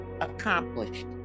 accomplished